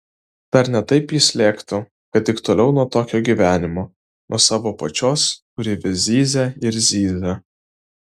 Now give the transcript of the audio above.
dar ne taip jis lėktų kad tik toliau nuo tokio gyvenimo nuo savo pačios kuri vis zyzia ir zyzia